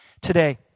Today